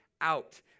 out